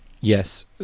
Yes